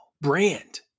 Brand